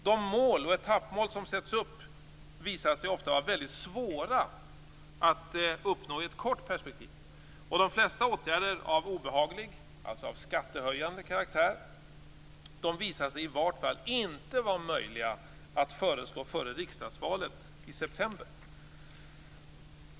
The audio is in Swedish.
De mål och etappmål som sätts upp visar sig ofta vara väldigt svåra att uppnå i ett kort perspektiv. De flesta åtgärder av obehaglig - skattehöjande - karaktär visar sig i varje fall inte vara möjliga att föreslå före riksdagsvalet i september.